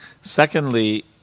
Secondly